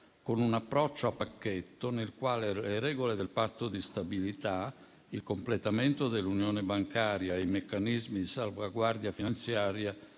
con un approccio a pacchetto, nel quale le regole del Patto di stabilità, il completamento dell'unione bancaria e i meccanismi di salvaguardia finanziaria